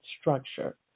structure